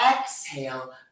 exhale